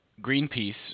Greenpeace